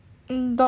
mm dog